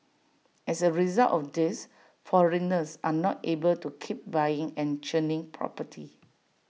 as A result of this foreigners are not able to keep buying and churning property